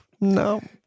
no